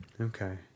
Okay